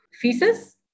feces